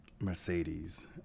Mercedes